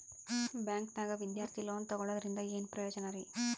ಬ್ಯಾಂಕ್ದಾಗ ವಿದ್ಯಾರ್ಥಿ ಲೋನ್ ತೊಗೊಳದ್ರಿಂದ ಏನ್ ಪ್ರಯೋಜನ ರಿ?